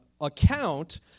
account